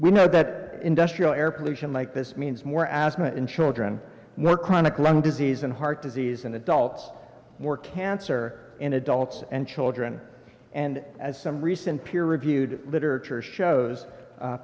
we know that industrial air pollution like this means more asthma in children more chronic lung disease and heart disease in adults more cancer in adults and children and as some recent peer reviewed literature shows